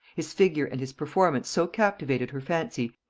his figure and his performance so captivated her fancy,